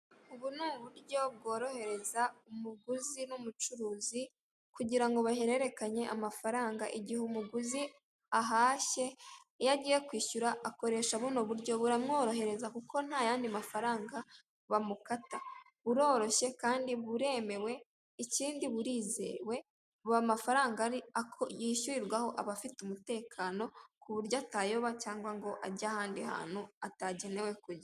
Ubu ni uburyo bworohereza umuguzi n'umucuruzi kugira ngo bahererekane amafaranga igihe umuguzi ahashye, iyo agiye kwishyura akoresha buno buryo buramworohereza kuko nta yandi mafaranga bamukata, buroroshye kandi buremewe ikindi burizewe buri mafaranga ari ako yishyurirwaho abafite umutekano uburyo atayoba cyangwa ngo ajye ahandi hantu atagenewe kujya.